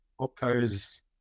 opcos